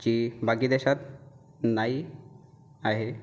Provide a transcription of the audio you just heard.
जी बाकी देशात नाही आहे